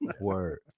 Word